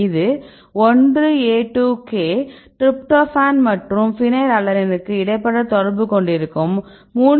இது 1A2K tryptophan மற்றும் பினைல்அலனைனுக்கு இடைப்பட்ட தொடர்பு கொண்டிருக்கும் 3